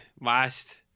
last